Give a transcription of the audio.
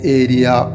area